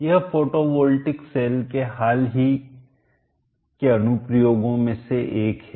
यह photovoltaic cell के हाल ही के अनुप्रयोगों में से एक है